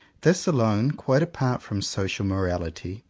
this alone, quite apart from social morality,